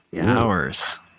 Hours